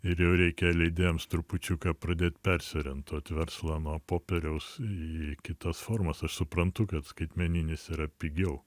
ir jau reikia leidėjams trupučiuką pradėt persiorientuot verslą nuo popieriaus į kitas formas aš suprantu kad skaitmeninis yra pigiau